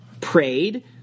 prayed